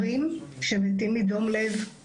אז בינתיים נאריך את החוק -- החוק הזה מתייתר ברגע שיהיה